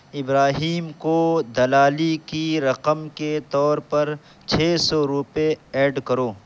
ابراہیم کو دلالی کی رقم کے طور پر چھ سو روپے ایڈ کرو